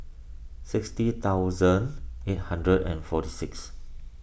sixty thousand eight hundred and forty six